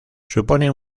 supone